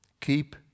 keep